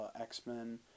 X-Men